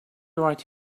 right